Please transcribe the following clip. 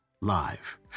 Live